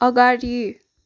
अगाडि